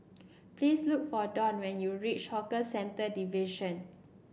please look for Don when you reach Hawker Centre Division